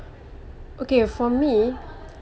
okay for me